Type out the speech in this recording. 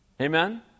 Amen